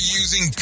using